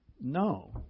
No